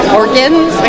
organs